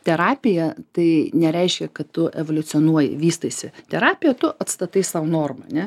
terapija tai nereiškia kad tu evoliucionuoji vystaisi terapija tu atstatai sau normą ne